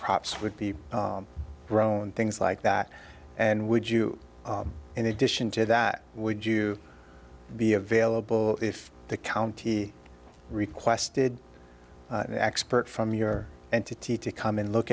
crops would be grown things like that and would you in addition to that would you be available if the county requested an expert from your entity to come in look